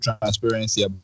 transparency